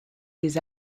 des